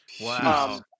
Wow